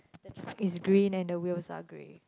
it's green and the wheels are grey